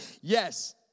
Yes